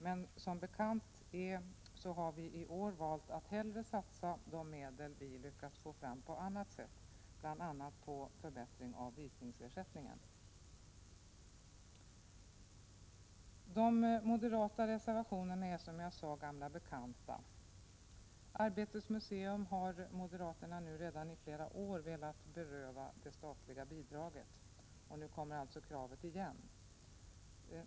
Men som bekant har vi i år valt att hellre satsa de medel vi lyckas få fram på annat sätt, bl.a. på förbättring av visningsersättningen. De moderata reservationerna är, som jag sade, gamla bekanta. Arbetets museum har moderaterna nu flera år velat beröva det statliga bidraget. Nu kommer alltså kraven igen.